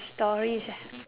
stories eh